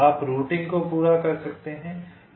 आप रूटिंग को पूरा कर सकते हैं